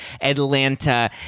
Atlanta